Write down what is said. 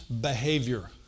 behavior